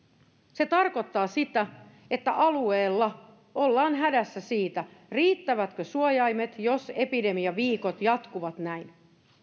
se tarkoittaa sitä että alueella ollaan hädässä siitä riittävätkö suojaimet jos epidemiaviikot jatkuvat näin